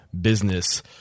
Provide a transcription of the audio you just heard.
business